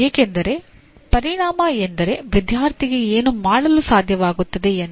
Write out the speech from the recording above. ಏಕೆಂದರೆ ಪರಿಣಾಮ ಎಂದರೆ ವಿದ್ಯಾರ್ಥಿಗೆ ಏನು ಮಾಡಲು ಸಾಧ್ಯವಾಗುತ್ತದೆ ಎಂದು